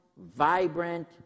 vibrant